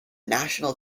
national